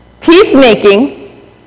peacemaking